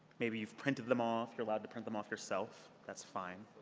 maybe you've printed them off. you're allowed to print them off yourself. that's fine.